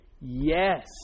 yes